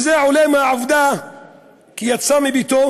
וזה עולה מהעובדה שהוא יצא מביתו